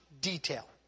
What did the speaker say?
detail